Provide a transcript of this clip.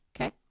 Okay